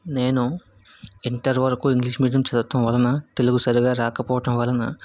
నేను ఇంటర్ వరకు English medium చదవటం వలన తెలుగు సరిగా రాకపోవటం వలన